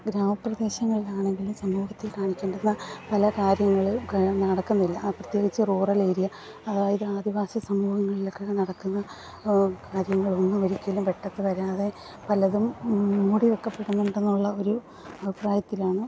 ഗ്രാമപ്രദേശങ്ങളിലാണെങ്കിൽ സമൂഹത്തിൽ കാണിക്കേണ്ടുന്ന പല കാര്യങ്ങള് ഗ നടക്കുന്നില്ല ആ പ്രത്യേകിച്ച് റൂറൽ ഏരിയ അതായത് ആദിവാസി സമൂഹങ്ങളിലൊക്കെ നടക്കുന്ന കാര്യങ്ങളൊന്നും ഒരിക്കലും വെട്ടത്ത് വരാതെ പലതും മൂടിയ്ക്കപ്പെടുന്നുണ്ടെന്നുള്ള ഒരു അഭിപ്രായത്തിലാണ്